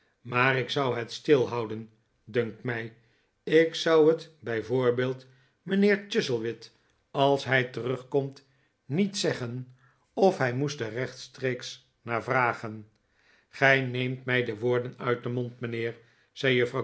maar ik zou het stilhouden dunkt mij ik zou het bij voorbeeld mijnheer chuzzlewit als hij terugkomt niet zeggen of hij moest er rechtstreeks naar vragen gij neemt mij de woorden uit den mond mijnheer zei